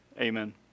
amen